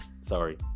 sorry